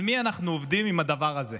על מי אנחנו עובדים עם הדבר הזה?